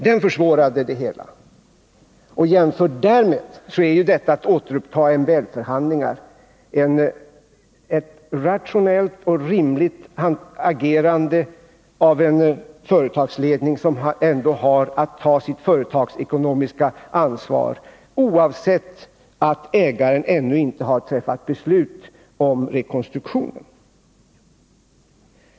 Den försvårade arbetet med att nå en lösning, och jämfört med det är återupptagandet av MBL förhandlingarna ett rationellt och rimligt agerande av företagsledningen, som ändå har att ta sitt företagsekonomiska ansvar, oavsett att ägaren ännu inte har fattat beslut om rekonstruktion.